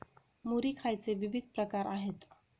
मुरी खायचे विविध प्रकार आहेत